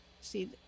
See